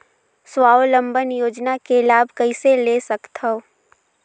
स्वावलंबन योजना के लाभ कइसे ले सकथव?